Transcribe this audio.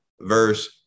verse